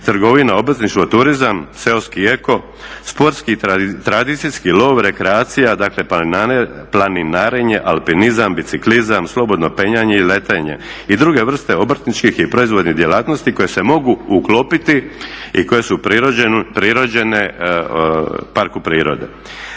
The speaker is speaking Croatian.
trgovina, obrtništvo, turizam seoski i eko, sportski i tradicijski lov, rekreacija dakle planinarenje, alpinizam, biciklizam, slobodno penjanje, letenje i druge vrste obrtničkih i proizvodnih djelatnosti koje se mogu uklopiti i koje su prirođene parku prirode.